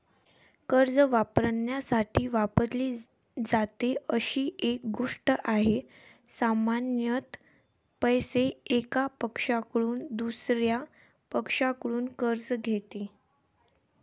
कर्ज वापरण्यासाठी वापरली जाते अशी एक गोष्ट आहे, सामान्यत पैसे, एका पक्षाकडून दुसर्या पक्षाकडून कर्ज घेते